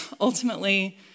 ultimately